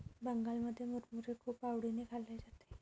बंगालमध्ये मुरमुरे खूप आवडीने खाल्ले जाते